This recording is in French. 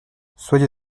soyez